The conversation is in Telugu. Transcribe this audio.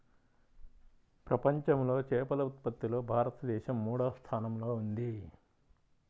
ప్రపంచంలో చేపల ఉత్పత్తిలో భారతదేశం మూడవ స్థానంలో ఉంది